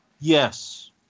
Yes